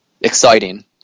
exciting